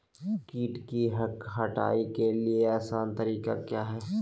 किट की हटाने के ली आसान तरीका क्या है?